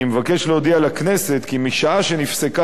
אני מבקש להודיע לכנסת כי משעה שנפסקה